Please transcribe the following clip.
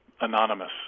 anonymous